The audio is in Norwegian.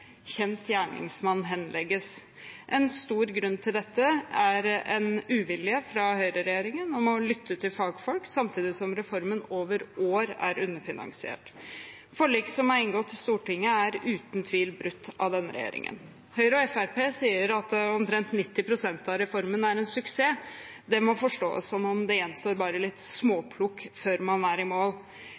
kjent gjerningsmann henlegges. En stor grunn til dette er en uvilje fra høyreregjeringen mot å lytte til fagfolk, samtidig som reformen over år er underfinansiert. Forliket som er inngått i Stortinget, er uten tvil brutt av denne regjeringen. Høyre og Fremskrittspartiet sier at omtrent 90 pst. av reformen er en suksess. Det må forstås som at det gjenstår bare litt småplukk før man er i mål.